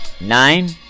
nine